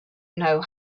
know